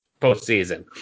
postseason